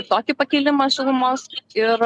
tokį pakilimą šilumos ir